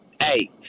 Hey